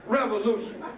revolution